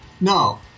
No